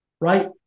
Right